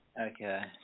okay